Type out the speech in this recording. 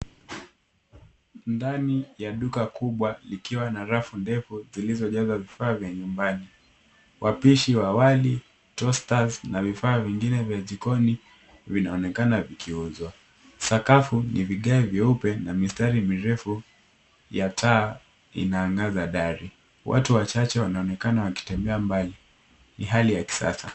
Ndani ya duka kubwa likiwa na rafu ndefu zilizojazwa vifaa vya nyumbani. Wapishi wa wali toasters na vifaa vingine vya jikoni vinaonekana vikiuzwa sakafu ni vigae vyeupe na mistari mirefu ya taa ina angaza dari. Watu wachache wanaonekana wakitembea mbali ni hali ya kisasa.